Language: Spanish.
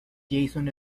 jason